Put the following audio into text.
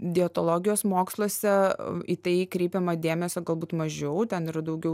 dietologijos moksluose į tai kreipiama dėmesio galbūt mažiau ten yra daugiau